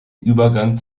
übergang